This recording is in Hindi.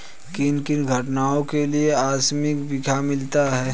किन किन घटनाओं के लिए आकस्मिक बीमा मिलता है?